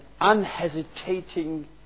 unhesitating